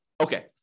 Okay